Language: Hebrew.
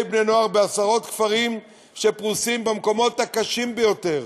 בני-נוער בעשרות כפרים שפרוסים במקומות הקשים ביותר,